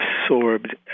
absorbed